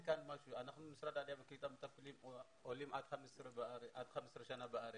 אנחנו במשרד העלייה והקליטה מתפעלים עולים עד 15 שנה בארץ.